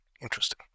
Interesting